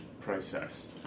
process